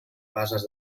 bases